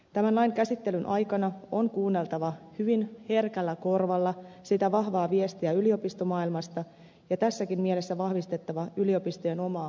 tämän lain käsittelyn aikana on kuunneltava hyvin herkällä korvalla vahvaa viestiä yliopistomaailmasta ja tässäkin mielessä vahvistettava yliopistojen omaa autonomiaa